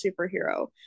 superhero